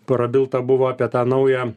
prabilta buvo apie tą naują